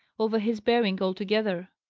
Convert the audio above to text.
over his bearing altogether.